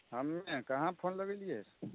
हम नहि कहाँ फोन लगेलियै